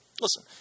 Listen